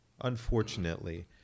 unfortunately